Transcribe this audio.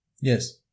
Yes